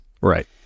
Right